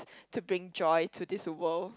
to bring joy to this world